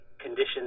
conditions